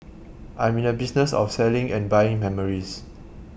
I'm in the business of selling and buying memories